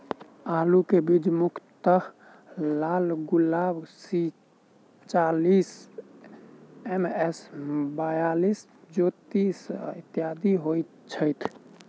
आलु केँ बीज मुख्यतः लालगुलाब, सी चालीस, एम.एस बयालिस, ज्योति, इत्यादि होए छैथ?